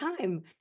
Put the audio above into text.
time